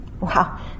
Wow